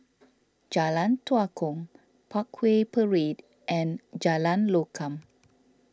Jalan Tua Kong Parkway Parade and Jalan Lokam